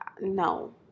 no